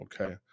okay